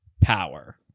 power